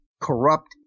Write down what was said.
corrupt